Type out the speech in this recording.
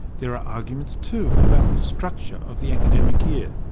there are arguments too about the structure of the academic year.